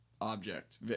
object